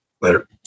Later